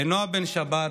נועה בן שבת,